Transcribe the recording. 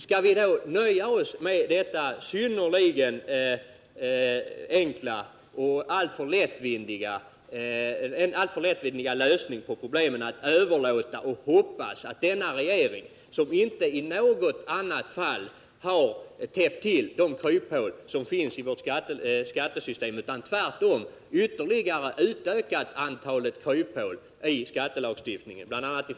Skall vi då nöja oss med den synnerligen enkla och alltför lättvindiga lösningen att överlåta problemet till regeringen och hoppas att denna regering, som inte i något annat fall har täppt till de kryphål som finns i vårt skattesystem utan tvärtom ytterligare utökat antalet kryphål i skattelagstiftningen, skall vidta åtgärder?